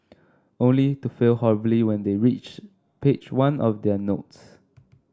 only to fail horribly when they reach page one of their notes